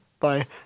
Bye